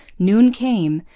noon came,